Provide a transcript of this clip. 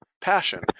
passion